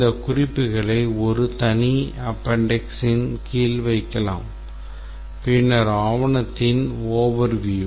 இந்த குறிப்புகளை ஒரு தனி appendix யின் கீழ் வைக்கலாம் பின்னர் ஆவணத்தின் overview